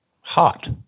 hot